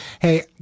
Hey